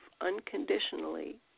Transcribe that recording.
unconditionally